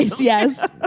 yes